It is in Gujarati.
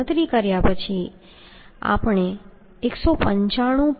તેથી ગણતરી કર્યા પછી આપણે 195